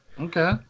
Okay